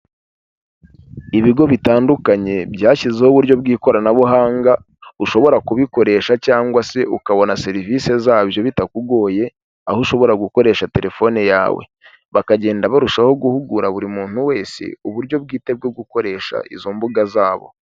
Ibigo bitandukanye byashyizeho uburyo bw'ikoranabuhanga ushobora kubikoresha cyangwa se ukabona serivisi zabyo bitakugoye, aho ushobora gukoresha telefone yawe. Bakagenda barushaho guhugura buri muntu wese uburyo bwite bwo gukoresha izo mbuga zabo.